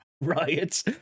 riots